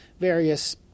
various